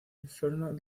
infernal